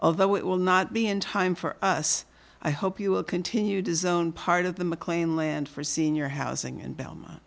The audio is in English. although it will not be in time for us i hope you will continue design on part of the mclean land for senior housing and belmont